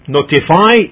Notify